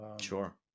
Sure